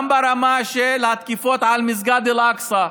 גם ברמה של התקיפות על מסגד אל-אקצא,